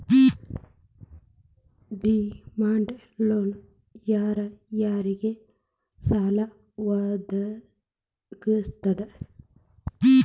Demand loan ಯಾರ್ ಯಾರಿಗ್ ಸಾಲಾ ವದ್ಗಸ್ತದ?